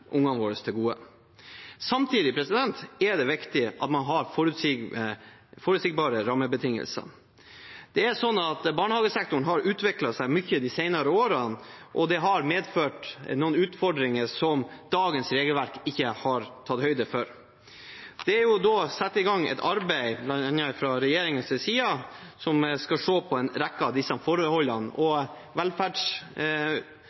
ungene våre til gode. Samtidig er det viktig at man har forutsigbare rammebetingelser. Barnehagesektoren har utviklet seg mye de senere årene, og det har medført noen utfordringer som dagens regelverk ikke har tatt høyde for. Det er satt i gang et arbeid, bl.a. fra regjeringens side, som skal se på en rekke av disse forholdene,